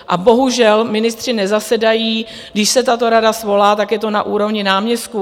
A bohužel ministři nezasedají, když se tato rada svolá, tak je to na úrovni náměstků.